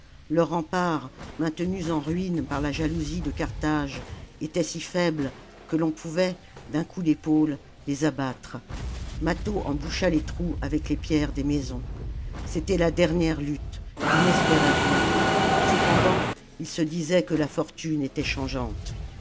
leurs remparts maintenus en ruines par la jalousie de carthage étaient si faibles que l'on pouvait d'un coup d'épaule les abattre mâtho en boucha les trous avec les pierres des maisons c'était la dernière lutte il n'espérait rien cependant il se disait que la fortune était changeante